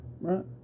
Right